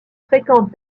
fréquente